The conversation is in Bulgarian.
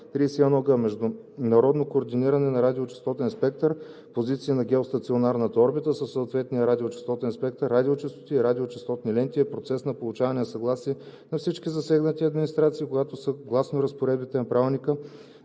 31г. „Международно координиране на радиочестотен спектър, позиции на геостационарната орбита със съответния радиочестотен спектър, радиочестоти и радиочестотни ленти“ е процес на получаване на съгласие от всички засегнати администрации, когато съгласно разпоредбите на Правилника